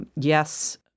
yes